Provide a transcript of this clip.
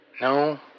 No